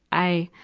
i,